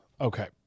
Okay